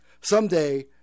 someday